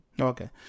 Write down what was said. okay